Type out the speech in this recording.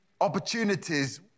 opportunities